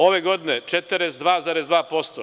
Ove godine 42,2%